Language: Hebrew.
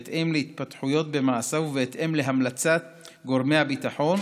בהתאם להתפתחויות במעשיו ובהתאם להמלצת גורמי הביטחון.